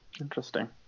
Interesting